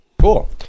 Cool